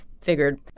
figured